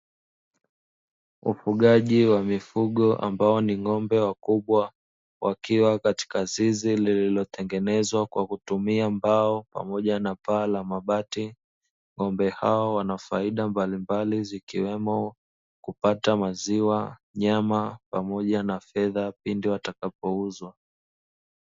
Ufugaji wa mifugo ambao ni ng'ombe wakubwa wakiwa katika zizi lililotengenezwa kwa kutumia mbao pamoja na paa la mabati. ng'ombe hao wana faida mbalimbali zikiwemo kupata maziwa, nyama pamoja na fedha pindi watakapouzwa.